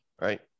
right